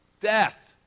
Death